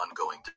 ongoing